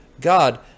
God